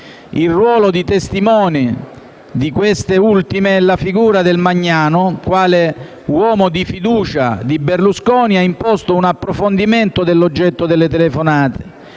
Il ruolo di testimoni di queste ultime e la figura del Magnano quale uomo di fiducia di Berlusconi ha imposto un approfondimento dell'oggetto delle telefonate,